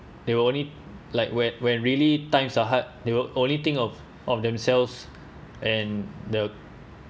they will only like when when really times are hard they will only think of of themselves and the